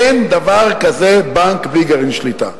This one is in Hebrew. אין דבר כזה בנק בלי גרעין שליטה.